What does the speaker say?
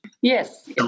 Yes